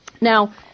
Now